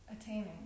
attaining